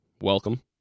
welcome